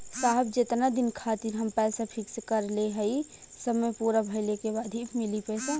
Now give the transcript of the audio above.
साहब जेतना दिन खातिर हम पैसा फिक्स करले हई समय पूरा भइले के बाद ही मिली पैसा?